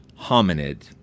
hominid